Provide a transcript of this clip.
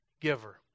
giver